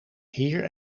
heer